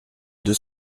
deux